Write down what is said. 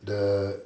the